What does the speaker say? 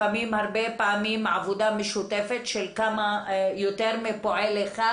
הרבה פעמים היא עבודה משותפת של יותר מפועל אחד,